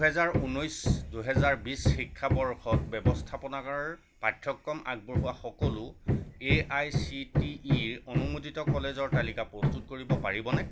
দুহেজাৰ ঊনৈছ দুহেজাৰ বিশ শিক্ষাবৰ্ষত ব্যৱস্থাপনাৰ পাঠ্যক্ৰম আগবঢ়োৱা সকলো A I C T E অনুমোদিত কলেজৰ তালিকা প্ৰস্তুত কৰিব পাৰিবনে